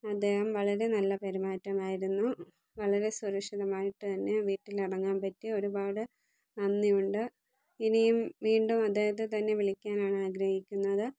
അദ്ദേഹം വളരെ നല്ല പെരുമാറ്റമായിരുന്നു വളരെ സുരക്ഷിതമായിട്ട് തന്നെ വീട്ടിലിറങ്ങാൻ പറ്റി ഒരുപാട് നന്ദിയുണ്ട് ഇനിയും വീണ്ടും ഇദ്ദേഹത്തെ തന്നെ വിളിക്കാനാണ് ആഗ്രഹിക്കുന്നത്